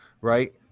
right